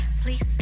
please